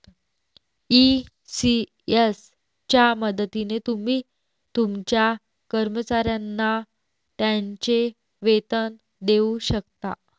ECS च्या मदतीने तुम्ही तुमच्या कर्मचाऱ्यांना त्यांचे वेतन देऊ शकता